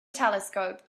telescope